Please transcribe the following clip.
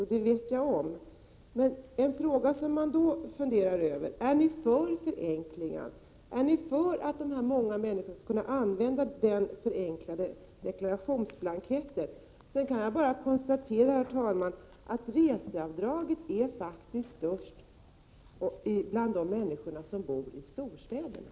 Ja, det vet jag, men en fråga som man då ställer sig är: Är ni för förenklingar, är ni för att de många människorna skall kunna använda den förenklade deklarationsblanketten? Sedan, herr talman, kan jag bara konstatera att reseavdraget faktiskt är störst bland de människor som bor i storstäderna.